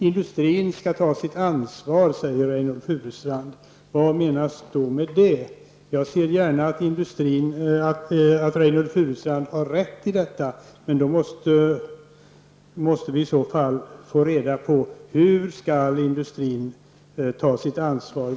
Industrin skall ta sitt ansvar, säger Reynoldh Furustrand. Vad menas med det? Jag medger gärna att Reynoldh Furustrand har rätt i det, men då måste vi i så fall få reda på hur industrin skall ta sitt ansvar.